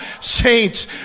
saints